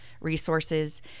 resources